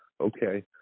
Okay